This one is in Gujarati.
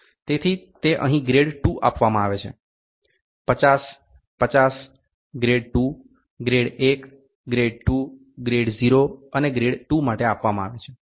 તેથી તે અહીં ગ્રેડ 2 આપવામાં આવે છે 50 50 ગ્રેડ 2 ગ્રેડ 1 ગ્રેડ 2 ગ્રેડ 0 અને ગ્રેડ 2 માટે આપવામાં આવે છે